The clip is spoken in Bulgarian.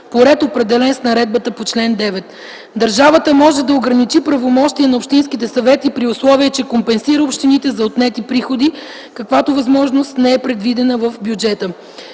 по ред, определен с наредбата по чл. 9. Държавата може да ограничи правомощия на общинските съвети при условие, че компенсира общините за отнети приходи, каквато възможност не е предвидена в бюджета.